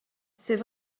c’est